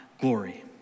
glory